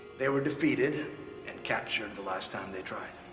they were defeated and captured the last time they tried.